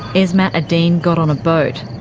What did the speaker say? esmat adine got on a boat.